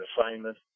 assignment